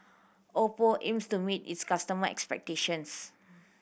Oppo aims to meet its customer expectations